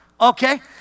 okay